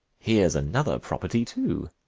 here s another property too.